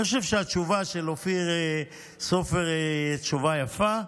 אני חושב שהתשובה של אופיר סופר היא תשובה יפה.